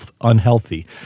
unhealthy